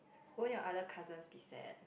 won't your other cousins be sad